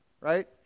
right